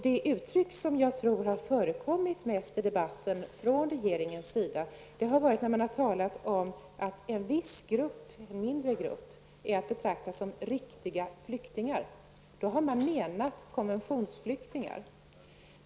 Det uttryck som jag tror har förekommit mest i debatten från regeringens sida är att man har talat om att en viss grupp, en mindre grupp, är att betrakta som riktiga flyktingar. Då har man menat konventionsflyktingar.